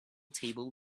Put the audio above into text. table